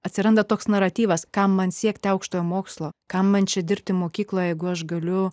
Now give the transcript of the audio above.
atsiranda toks naratyvas kam man siekti aukštojo mokslo kam man čia dirbti mokykloje jeigu aš galiu